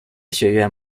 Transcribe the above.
学院